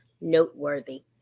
noteworthy